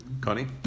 Connie